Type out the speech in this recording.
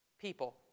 people